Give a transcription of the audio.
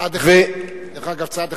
צעד אחד, דרך אגב, צעד אחד.